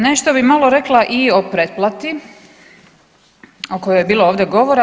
Nešto bih malo rekla i o pretplati o kojoj je ovdje bilo ovdje govora.